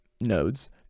nodes